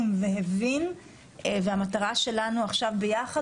והמטרה שלנו ביחד,